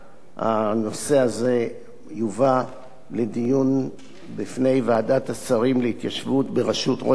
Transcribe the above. הנושא הזה יובא לדיון בפני ועדת השרים להתיישבות בראשות ראש הממשלה,